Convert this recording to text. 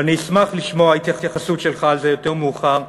ואני אשמח לשמוע התייחסות שלך לזה יותר מאוחר,